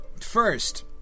First